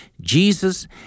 Jesus